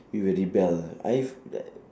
we will rebel I have